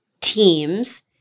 teams